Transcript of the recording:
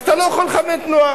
אז אתה לא יכול לכוון תנועה.